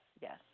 Yes